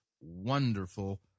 wonderful